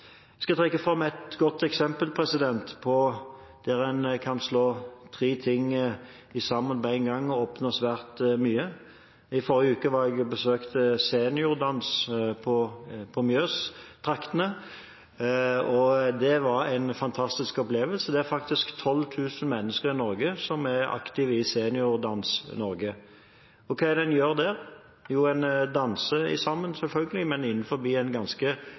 skal trekke fram et godt eksempel på at en kan slå tre ting sammen og oppnå svært mye. I forrige uke var jeg og besøkte Seniordans i Mjøstraktene. Det var en fantastisk opplevelse. Det er faktisk 12 000 mennesker i Norge som er aktive i Seniordans Norge. Hva er det en gjør der? Jo, en danser sammen, selvfølgelig, men innenfor en ganske